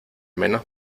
menos